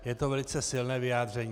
Je to velice silné vyjádření.